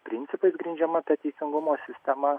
principais grindžiama ta teisingumo sistema